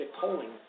polling